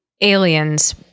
Aliens